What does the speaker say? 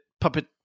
Puppet